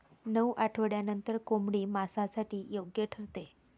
नऊ आठवड्यांनंतर कोंबडी मांसासाठी योग्य ठरते